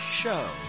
show